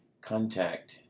contact